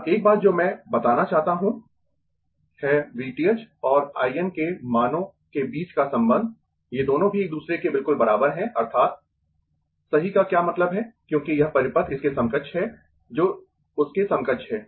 अब एक बात जो मैं बताना चाहता हूं है V th और I N के मानों के बीच का संबंध ये दोनों भी एक दूसरे के बिल्कुल बराबर है अर्थात् सही का क्या मतलब है क्योंकि यह परिपथ इसके समकक्ष है जो उसके समकक्ष है